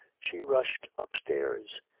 she rushed upstairs.